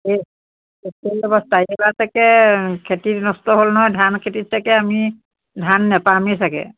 অঁ এই খেতি অৱস্থা এইবাৰ ছাগৈ খেতি নষ্ট হ'ল নহয় ধান খেতিত ছাগৈ আমি ধান নেপামেই ছাগৈ